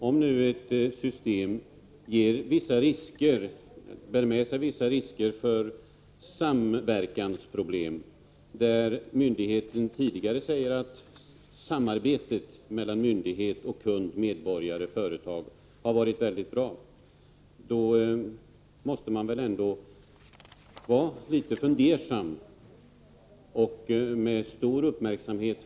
Om nu ett system bär med sig vissa risker för samverkansproblem, och om myndigheten tidigare sagt att samarbetet mellan myndigheterna och kunder företag har varit mycket bra, måste man väl ändå vara litet fundersam och följa detta skeende med stor uppmärksamhet?